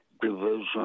Division